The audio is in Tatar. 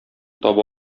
таба